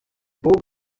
book